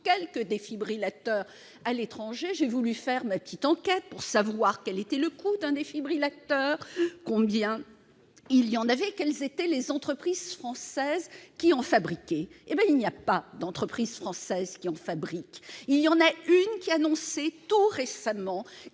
quelques défibrillateurs à l'étranger, j'ai voulu faire ma petite enquête pour savoir quel était le coût d'un défibrillateur, combien il y en avait, quelles étaient les entreprises françaises qui en fabriquaient ... Pour l'heure, aucune entreprise française n'en fabrique. L'une d'elles a annoncé tout récemment